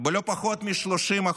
בלא פחות מ-30%.